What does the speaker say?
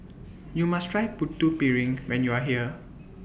YOU must Try Putu Piring when YOU Are here